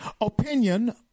opinion